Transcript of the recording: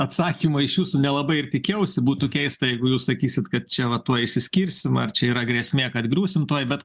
atsakymo iš jūsų nelabai ir tikėjausi būtų keista jeigu jūs sakysit kad čia va tuoj išsiskirsim ar čia yra grėsmė kad griūsim tuoj bet